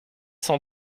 cent